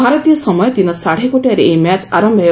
ଭାରତୀୟ ସମୟ ଦିନ ସାଢ଼େ ଗୋଟାଏରେ ଏହି ମ୍ୟାଚ୍ ଆରମ୍ଭ ହେବ